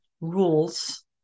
rules